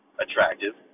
attractive